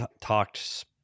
talked